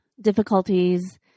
difficulties